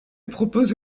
propose